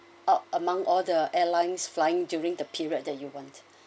of among all the airlines flying during the period that you want